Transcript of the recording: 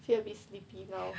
feel a bit sleepy now